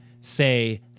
say